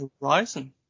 Horizon